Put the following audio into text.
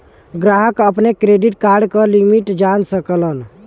ग्राहक अपने credit card क लिमिट जान सकलन